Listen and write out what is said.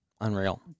unreal